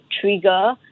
trigger